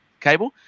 cable